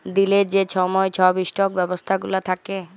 দিলের যে ছময় ছব ইস্টক ব্যবস্থা গুলা থ্যাকে